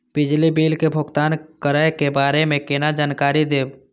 बिजली बिल के भुगतान करै के बारे में केना जानकारी देब?